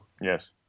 Yes